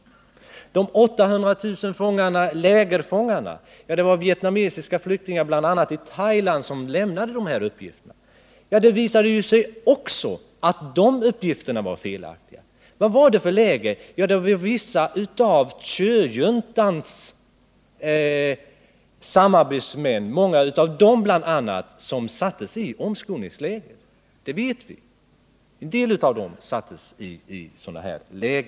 Uppgiften om de 800 000 lägerfångarna — en uppgift som kom bl.a. från vietnamesiska flyktingar i Thailand — visade sig också vara felaktig. Vad var det egentligen som hade hänt den gången? Jo, en del av Thieujuntans samarbetsmän sattes i omskolningsläger, det vet vi.